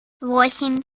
восемь